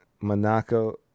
Monaco